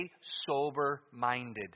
sober-minded